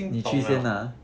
她已经懂 liao